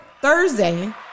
Thursday